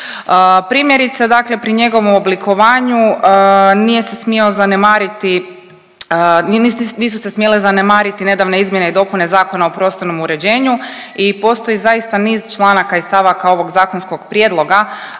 Primjerice dakle pri njegovom oblikovanju nije se smio zanemariti, nisu se smjele zanemariti nedavne izmjene i dopune Zakona o prostornom uređenju i postoji zaista niz članaka i stavaka ovog zakonskog prijedloga